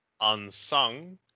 Unsung